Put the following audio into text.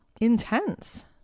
intense